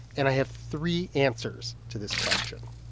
and i have three answers to this question.